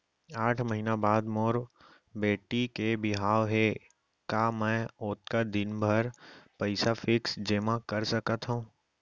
आठ महीना बाद मोर बेटी के बिहाव हे का मैं ओतका दिन भर पइसा फिक्स जेमा कर सकथव?